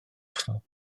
uchel